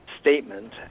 statement